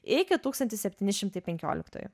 iki tūkstantis septyni šimtai penkioliktųjų